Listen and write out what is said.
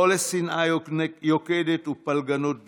לא לשנאה יוקדת ופלגנות בינינו.